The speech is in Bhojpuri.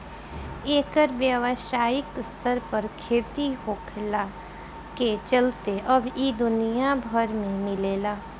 एकर व्यावसायिक स्तर पर खेती होखला के चलते अब इ दुनिया भर में मिलेला